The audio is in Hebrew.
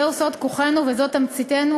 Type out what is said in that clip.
זה סוד כוחנו וזו תמציתנו,